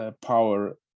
power